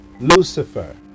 lucifer